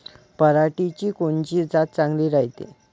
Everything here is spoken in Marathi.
पऱ्हाटीची कोनची जात चांगली रायते?